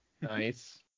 Nice